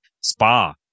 spa